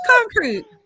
Concrete